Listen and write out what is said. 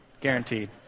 guaranteed